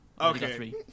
Okay